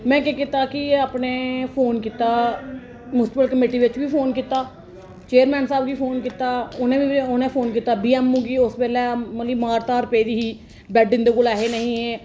में केह् कीता कि अपने फोन कीता म्युनिसिपैलिटी कमेटी बिच्च बी फोन कीता चेयरमैन साह्ब गी फोन कीता उनें फोन कीता बीएमओ गी उस बेल्लै मतलब कि मारधाड़ पेदी ही बैड इं'दे कोल ऐ ही नी ही